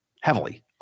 heavily